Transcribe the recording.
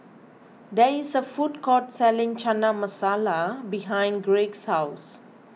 there is a food court selling Chana Masala behind Craig's house